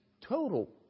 total